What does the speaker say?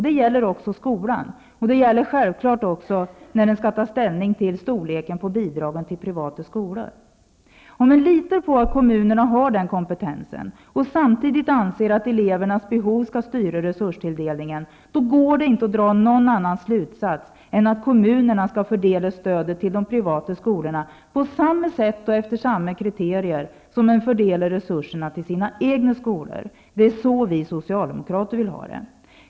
Det gäller också skolan. Det gäller självfallet också när man ska ta ställning till storleken på bidragen till privata skolor. Om man litar på att kommunerna har den kompetensen, och samtidigt anser att elevernas behov ska styra resurstilldelningen, går det inte att dra någon annan slutsats än att kommunerna ska fördela stödet till de privata skolorna på samma sätt och efter samma kriterier som man fördelar resurserna till sina egna skolor. Det är så vi socialdemokrater vill ha det.